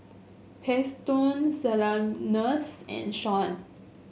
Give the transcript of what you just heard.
Paxton Sylvanus and Shaun